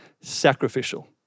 sacrificial